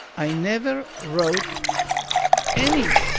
i never wrote any